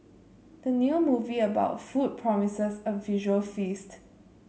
the new movie about food promises a visual feast